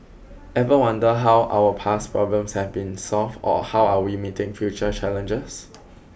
ever wonder how our past problems have been solved or how we are meeting future challenges